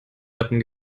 lappen